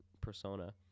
persona